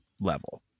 level